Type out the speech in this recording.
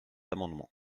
amendement